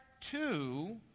two